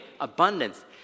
Abundance